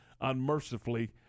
unmercifully